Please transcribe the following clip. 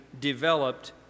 developed